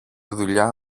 δουλειά